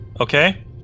Okay